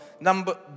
number